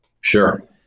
Sure